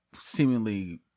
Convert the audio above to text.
seemingly